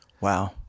Wow